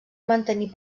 mantenir